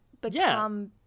become